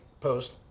post